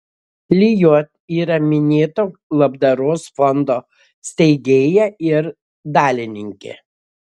lijot yra minėto labdaros fondo steigėja ir dalininkė